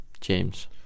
James